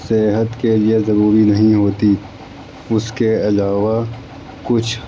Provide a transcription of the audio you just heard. صحت کے لیے ضروری نہیں ہوتیں اس کے علاوہ کچھ